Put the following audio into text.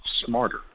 smarter